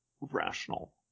rational